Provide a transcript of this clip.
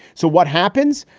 so what happens?